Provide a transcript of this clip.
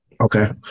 Okay